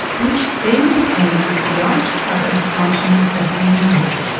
which then became the ice-covered continent that we know.